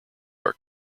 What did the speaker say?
are